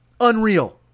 unreal